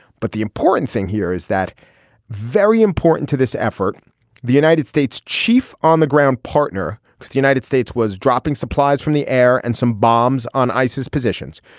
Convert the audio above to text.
but the important thing here is that very important to this effort the united states chief on the ground partner the united states was dropping supplies from the air and some bombs on isis positions.